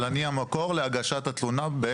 אבל אני המקור להגשת התלונה.